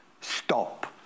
stop